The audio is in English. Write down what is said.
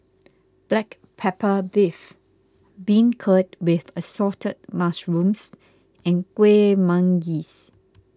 Black Pepper Beef Beancurd with Assorted Mushrooms and Kueh Manggis